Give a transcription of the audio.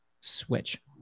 switch